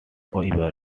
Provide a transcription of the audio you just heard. ever